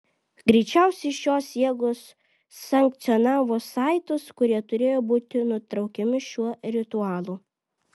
greičiausiai šios jėgos sankcionavo saitus kurie turėjo būti nutraukiami šiuo ritualu